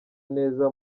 neza